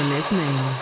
Listening